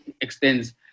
extends